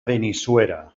benissuera